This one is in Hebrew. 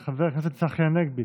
חבר הכנסת צחי הנגבי,